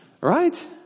right